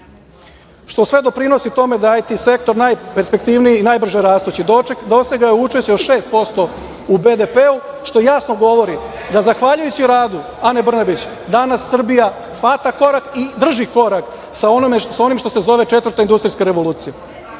što sve doprinosi tome da je IT sektor najperspektivniji i najbrže rastući. Dosegao je učešće od 6% u BDP-u, što jasno govori da zahvaljujući radu Ane Brnabić danas Srbija hvata i drži korak sa onim što se zove četvrta industrijska revolucija. Nažalost,